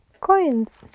coins